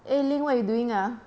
eh ling what you doing ah